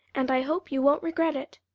and i hope you won't regret it.